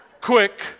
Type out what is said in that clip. quick